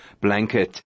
blanket